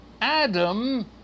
Adam